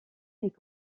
est